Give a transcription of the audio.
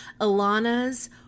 alana's